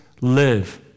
live